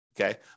Okay